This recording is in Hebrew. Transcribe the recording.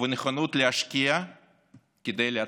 ובנכונות להשקיע כדי להצליח.